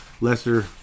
lesser